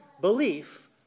belief